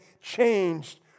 changed